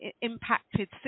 impacted